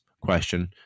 question